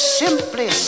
simply